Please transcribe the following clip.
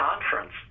conference